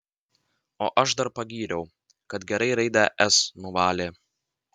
o aš dar pagyriau kad gerai raidę s nuvalė